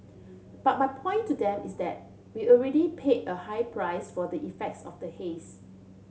but my point to them is that we already pay a high price for the effects of the haze